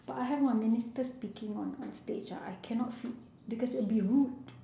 but I have my minister speaking on on stage ah I cannot feed because it would be rude